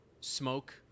smoke